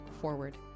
forward